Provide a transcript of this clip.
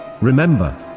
remember